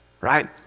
right